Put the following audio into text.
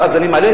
ואז אני מעלה,